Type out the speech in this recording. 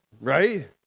right